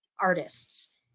artists